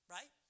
Right